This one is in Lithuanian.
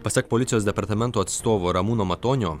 pasak policijos departamento atstovo ramūno matonio